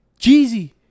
Jeezy